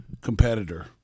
competitor